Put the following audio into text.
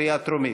קריאה טרומית.